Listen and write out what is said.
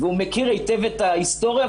ומכיר היטב את ההיסטוריה,